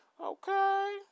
Okay